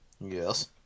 Yes